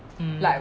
um